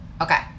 okay